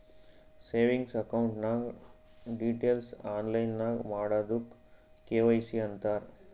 savings account ನಾಗ್ details online ನಾಗ್ ಮಾಡದುಕ್ ಕೆ.ವೈ.ಸಿ ಅಂತಾರ್